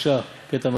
בבקשה, קטע נוסף.